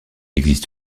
existe